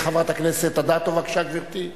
חברת הכנסת אדטו - בבקשה, גברתי.